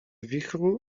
wichru